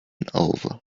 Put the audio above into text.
over